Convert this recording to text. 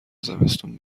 زمستون